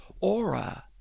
aura